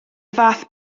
fath